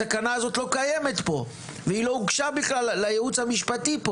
התקנה הזאת לא קיימת פה והיא בכלל לא הוגשה לייעוץ המשפטי.